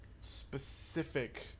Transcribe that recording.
specific